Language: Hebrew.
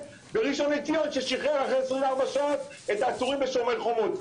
בראשון לציון ששחרר אחרי 24 שעות את העצורים בשומר חומות.